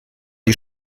die